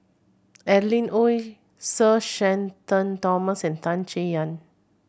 Adeline Ooi Sir Shenton Thomas and Tan Chay Yan